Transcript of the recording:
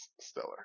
stellar